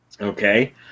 Okay